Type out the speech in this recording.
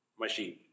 machine